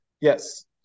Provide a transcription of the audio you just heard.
yes